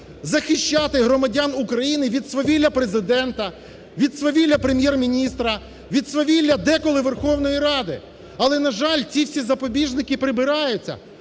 захищати громадян України від свавілля Президента, від свавілля Прем'єр-міністра, від свавілля, деколи, Верховної Ради. Але, на жаль, всі ці запобіжники прибираються.